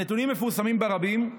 הנתונים מפורסמים ברבים.